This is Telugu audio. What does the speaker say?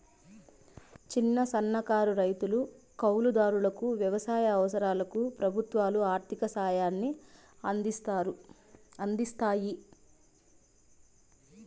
చిన్న, సన్నకారు రైతులు, కౌలు దారులకు వ్యవసాయ అవసరాలకు ప్రభుత్వాలు ఆర్ధిక సాయాన్ని అందిస్తాయి